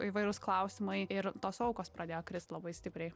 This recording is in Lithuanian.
įvairūs klausimai ir tos aukos pradėjo krist labai stipriai